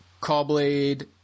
Callblade –